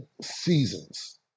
seasons